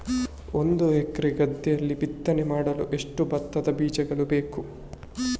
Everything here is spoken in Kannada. ಒಂದು ಎಕರೆ ಗದ್ದೆಯಲ್ಲಿ ಬಿತ್ತನೆ ಮಾಡಲು ಎಷ್ಟು ಭತ್ತದ ಬೀಜಗಳು ಬೇಕು?